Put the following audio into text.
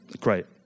Great